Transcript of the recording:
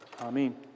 Amen